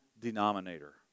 denominator